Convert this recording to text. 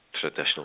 Traditional